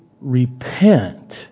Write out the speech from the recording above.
repent